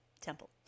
temple